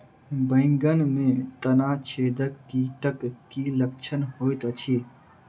बैंगन मे तना छेदक कीटक की लक्षण होइत अछि?